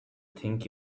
think